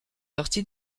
partie